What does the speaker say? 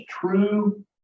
true